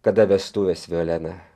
kada vestuvės violena